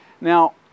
Now